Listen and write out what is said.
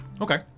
Okay